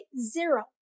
zero